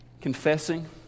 confessing